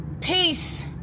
peace